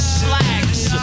slags